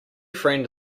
friend